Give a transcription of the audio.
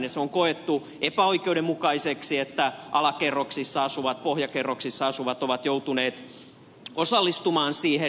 se on koettu epäoikeudenmukaiseksi että alakerroksissa pohjakerroksissa asuvat ovat joutuneet osallistumaan siihen